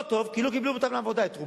לא טוב, כי לא קיבלו אותם לעבודה, את רובם.